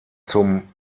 zum